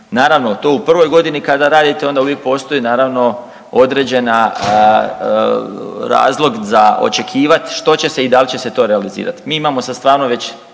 Naravno, to u prvoj godini kada radite onda uvijek postoji naravno određena razlog za očekivat što će se i dal će se to realizirat. Mi imamo sad stvarno već